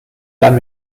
lame